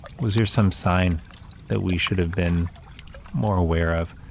was there some sign that we should have been more aware of,